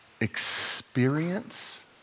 experience